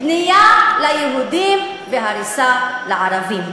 בנייה ליהודים והריסה לערבים.